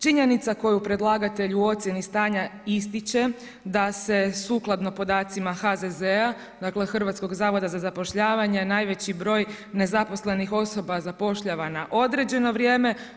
Činjenica koju predlagatelj u ocjeni stanja ističe, da se sukladno podacima HZZ-a, dakle, Hrvatskog zavoda za zapošljavanje, najveći broj nezaposlenih osoba zapošljava na određeno vrijeme.